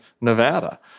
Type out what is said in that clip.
Nevada